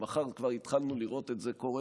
למוחרת כבר התחלנו לראות את זה קורה.